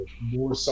more